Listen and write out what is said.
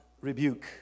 Rebuke